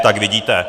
Tak vidíte.